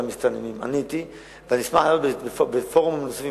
אני אשמח לענות בפורום נוסף.